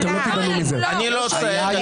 אני לא צועק.